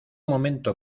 momento